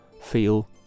feel